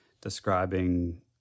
describing